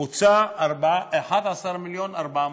בוצעו 11 מיליון ו-440,000.